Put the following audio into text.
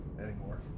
anymore